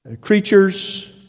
creatures